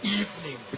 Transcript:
evening